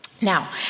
Now